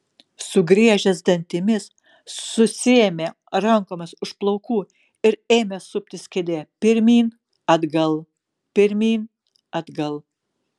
sugriežęs dantimis susiėmė rankomis už plaukų ir ėmė suptis kėdėje pirmyn atgal pirmyn atgal